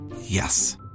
Yes